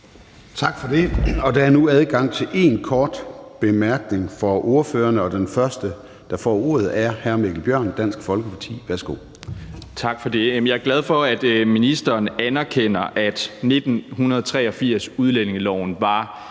Tak for det. Der er nu adgang til én kort bemærkning for ordførerne, og den første, der får ordet, er hr. Mikkel Bjørn, Dansk Folkeparti. Værsgo. Kl. 16:14 Mikkel Bjørn (DF): Tak for det. Jeg er glad for, at ministeren anerkender, at 1983-udlændingeloven var